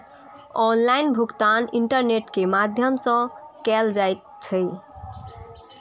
online भुगतान internet के माध्यम सं कैल जाइ छै